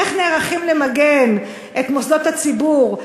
איך נערכים למגן את מוסדות הציבור,